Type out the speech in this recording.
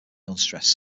unstressed